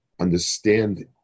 understand